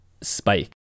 spike